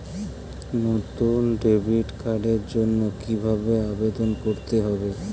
নতুন ডেবিট কার্ডের জন্য কীভাবে আবেদন করতে হবে?